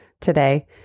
today